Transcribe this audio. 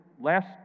last